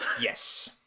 Yes